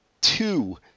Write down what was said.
two